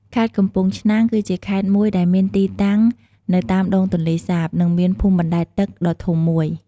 ខេត្តកំពង់ឆ្នាំង គឺជាខេត្តមួយដែលមានទីតាំងនៅតាមដងទន្លេសាប និងមានភូមិបណ្ដែតទឹកដ៏ធំមួយ។